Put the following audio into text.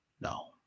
no